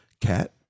Cat